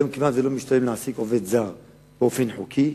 היום כמעט לא משתלם להעסיק עובד זר באופן חוקי,